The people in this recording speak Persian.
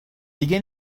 دیگه